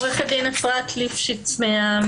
עורכת הדין שני מתן, בבקשה.